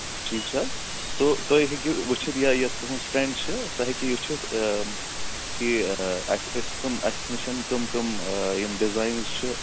ٹھیٖک چھِ حظ تہٕ تُہۍ ہیٚکِو وٕچھِتھ یا یۄس تُہٕنٛز فرٛٮ۪نٛڈ چھِ سۄ ہیٚکہِ یہِ وٕچھِتھ کہِ اَسہِ أسۍ کَم اَسہِ نِش کَم کَم یِم ڈِزاینٕز چھِ